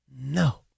No